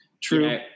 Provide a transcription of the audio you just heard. True